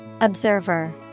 Observer